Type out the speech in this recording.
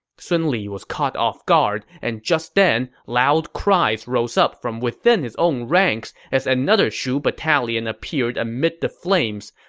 sun li was caught off guard, and just then, loud cries rose up from within his own ranks as another shu battalion appeared amid the flames.